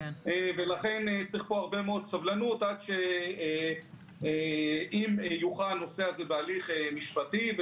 לכן צריך פה הרבה מאוד סבלנות עד שיוכרע הנושא הזה בהליך משפטי.